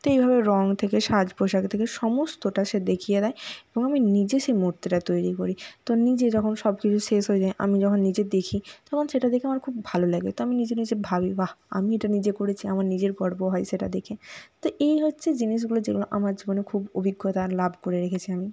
তো এইভাবে রং থেকে সাজ পোশাক থেকে সমস্তটা সে দেখিয়ে দেয় এবং আমি নিজে সে মূর্তিটা তৈরি করি তো নিজে যখন সবকিছু শেষ হয়ে যায় আমি যখন নিজে দেখি তখন সেটা দেখে আমার খুব ভালো লাগে তো আমি নিজে নিজে ভাবি বাহ্ আমি এটা নিজে করেছি আমার নিজের গর্ব হয় সেটা দেখে তো এই হচ্ছে জিনিসগুলো যেগুলো আমার জীবনে খুব অভিজ্ঞতা লাভ করে রেখেছি আমি